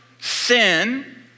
sin